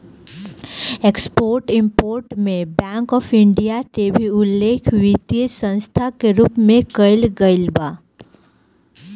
export import में bank of India के भी उल्लेख वित्तीय संस्था के रूप में कईल गईल बा